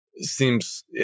seems